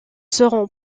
seront